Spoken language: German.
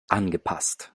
angepasst